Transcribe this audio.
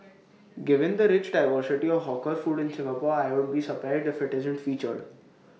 given the rich diversity of hawker food in Singapore I'd be surprised if IT isn't featured